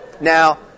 Now